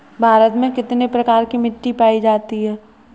भारत में कितने प्रकार की मिट्टी पाई जाती है?